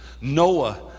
Noah